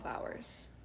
hours